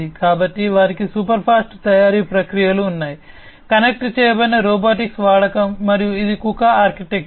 కాబట్టి వాటికి super fast తయారీ ప్రక్రియలు ఉన్నాయి కనెక్ట్ చేయబడిన రోబోటిక్స్ వాడకం మరియు ఇది కుకా ఆర్కిటెక్చర్